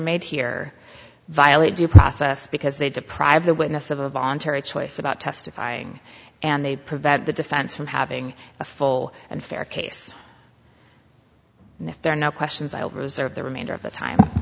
made here violate due process because they deprive the witness of a voluntary choice about testifying and they prevent the defense from having a full and fair case if there are now questions i'll reserve the remainder of the time